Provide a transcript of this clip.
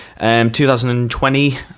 2020